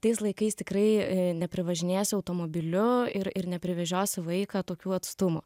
tais laikais tikrai neprivažinėsi automobiliu ir ir neprivežios vaiką tokių atstumų